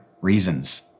reasons